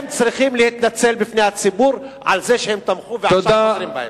לכן הם צריכים להתנצל בפני הציבור על זה שהם תמכו ועכשיו חוזרים בהם.